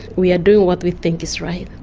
we are doing what we think is right.